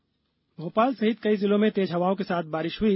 मौसम भोपाल सहित कल कई जिलों में तेज हवाओं के साथ बारिश हुई